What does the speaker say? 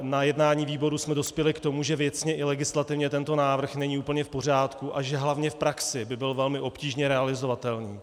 Na jednání výboru jsme ale dospěli k tomu, že věcně i legislativně tento návrh není úplně v pořádku a že hlavně v praxi by byl velmi obtížně realizovatelný.